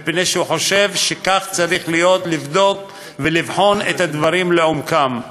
מפני שהוא חושב שכך צריך להיות: לבדוק ולבחון את הדברים לעומקם.